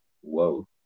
whoa